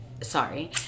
sorry